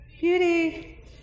Beauty